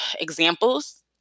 examples